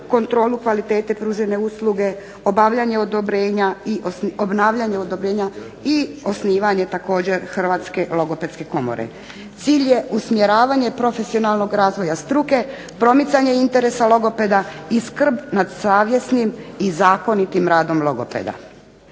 kontrolu kvalitete pružene usluge, obavljanje odobrenja, i obnavljanje odobrenja i osnivanje također Hrvatske logopedske komore. Cilj je usmjeravanje profesionalnog razvoja struke, promicanje interesa logopeda i skrb nad savjesnim i zakonitim radom logopeda.